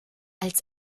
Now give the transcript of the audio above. als